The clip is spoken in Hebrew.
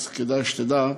אז כדאי שתדע,